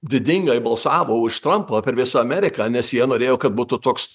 didingai balsavo už trampą per visą ameriką nes jie norėjo kad būtų toks